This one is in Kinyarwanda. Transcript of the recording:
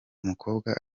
umukobwa